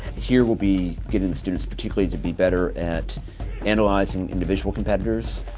here, we'll be getting the students, particularly, to be better at analyzing individual competitors,